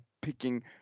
picking